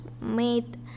made